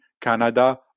Canada